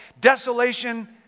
desolation